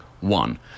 one